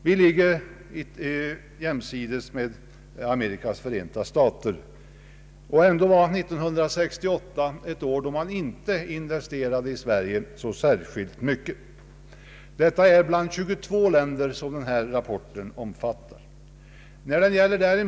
Vi ligger jämsides med Amerikas förenta stater, trots att 1968 var ett år då vi inte investerade särskilt mycket här i Sverige. Rapporten omfattar 22 länder.